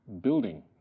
building